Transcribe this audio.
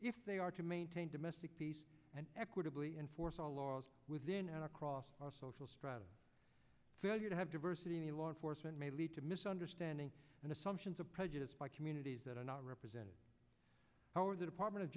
if they are to maintain domestic peace and equitably enforce all laws within an across the social strata failure to have diversity in the law enforcement may lead to misunderstanding and assumptions of prejudice by communities that are not represented our the department of